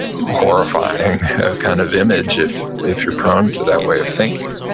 horrifying kind of image if if you're prone to that way of thinking.